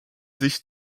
sich